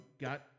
got